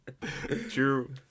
True